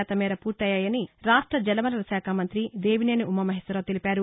శాతం మేర పూర్తయ్యాయని రాష్ట్ర జలవనరుల శాఖ మంతి దేవినేని ఉమామహేశ్వరరావు తెలిపారు